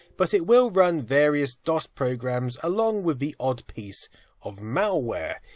but it will run various dos programs, along with the odd piece of malware.